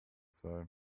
sei